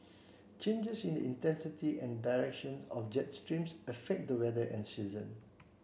changes in the intensity and direction of jet streams affect the weather and season